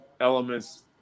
elements